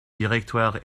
directoire